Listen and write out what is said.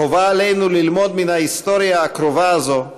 חובה עלינו ללמוד מן ההיסטוריה הקרובה הזאת,